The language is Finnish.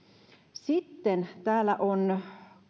sitten täällä on